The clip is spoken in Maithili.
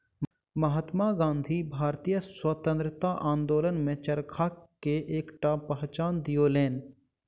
महात्मा गाँधी भारतीय स्वतंत्रता आंदोलन में चरखा के एकटा पहचान दियौलैन